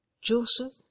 Joseph